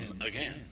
again